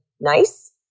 nice